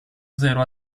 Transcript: zero